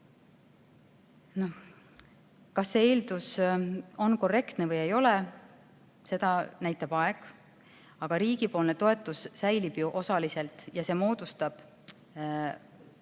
Kas see eeldus on korrektne või ei ole, seda näitab aeg. Aga riigi toetus säilib ju osaliselt ja see moodustab